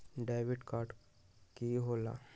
Debit card की होला?